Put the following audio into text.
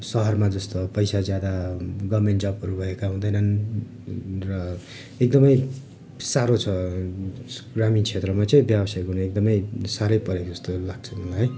सहरमा जस्तो पैसा ज्यादा गभर्नमेन्ट जबहरू भएका हुँदैनन् र एकदमै साह्रो छ ग्रामीण क्षेत्रमा चाहिँ व्यवसाय गर्नु एकदमै साह्रै परेको जस्तो लाग्छ मलाई है